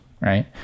right